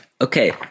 Okay